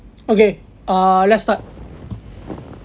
okay err let's start